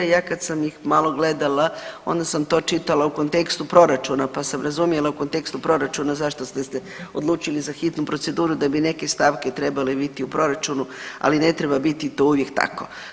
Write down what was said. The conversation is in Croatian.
Ja kad sam ih malo gledala onda sam to čitala u kontekstu proračuna, pa sam razumjela u kontekstu proračuna zašto ste se odlučili za hitnu proceduru da bi neke stavke trebale biti u proračunu, ali ne treba biti to uvijek tako.